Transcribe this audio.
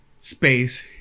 space